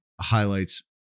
highlights